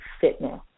fitness